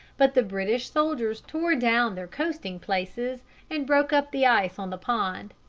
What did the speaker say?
but the british soldiers tore down their coasting-places and broke up the ice on the pond.